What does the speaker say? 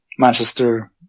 Manchester